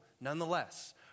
nonetheless